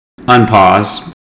unpause